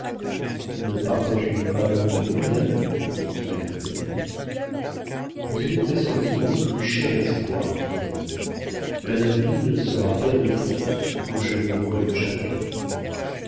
ne partagez-vous pas mon opinion madame dit-il à la veuve vous avez pressenti mon plus cher espoir dit-elle manerville sera pair de france ou je mourrais de chagrin